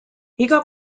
iga